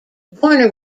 warner